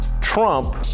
Trump